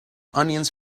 onions